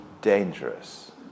dangerous